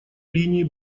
линии